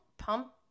pump